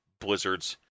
blizzard's